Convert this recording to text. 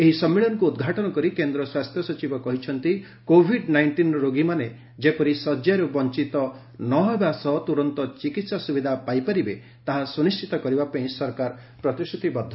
ଏହି ସମ୍ମିଳନୀକୁ ଉଦ୍ଘାଟନ କରି କେନ୍ଦ୍ର ସ୍ୱାସ୍ଥ୍ୟ ସଚିବ କହିଛନ୍ତି କୋଭିଡ ନାଇଷ୍ଟିନ୍ ରୋଗୀମାନେ ଯେପରି ଶଯ୍ୟାରୁ ବଞ୍ଚିତ ନହେବା ସହ ତୁରନ୍ତ ଚିକିତ୍ସା ସୁବିଧା ପାଇପାରିବେ ତାହା ସୁନିଣ୍ଟିତ କରିବା ପାଇଁ ସରକାର ପ୍ରତିଶ୍ରତିବଦ୍ଧ